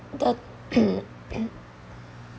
that